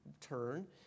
turn